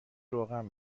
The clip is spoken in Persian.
روغن